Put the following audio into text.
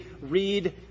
read